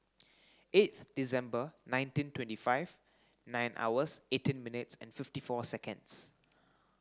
eighth December nineteen twenty five nine hours eighteen minutes and fifty four seconds